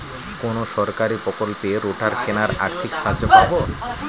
কোন সরকারী প্রকল্পে রোটার কেনার আর্থিক সাহায্য পাব?